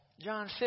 John